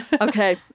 Okay